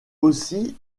aussi